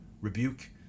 rebuke